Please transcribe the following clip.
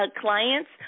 clients